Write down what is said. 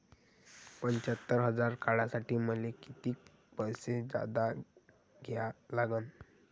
पंच्यात्तर हजार काढासाठी मले कितीक पैसे जादा द्या लागन?